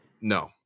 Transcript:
No